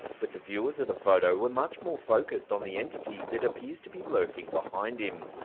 but the viewers of the photo were much more focused on the entity that appears to be lurking behind him.